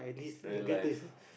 realised